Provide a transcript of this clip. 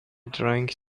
drank